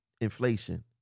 inflation